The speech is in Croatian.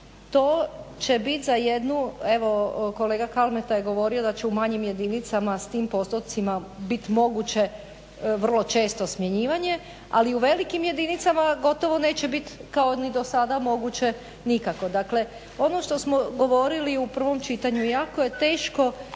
to će biti za jednu, evo kolega Kalmeta je govorio da će u manjim jedinicama s tim postotcima biti moguće vrlo često smjenjivanje, ali u velikim jedinicama gotovo neće biti kao ni do sada moguće nikako. Dakle ono što smo govorili u prvom čitanju jako je teško